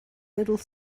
little